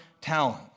talent